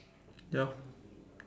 ya